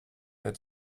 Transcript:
der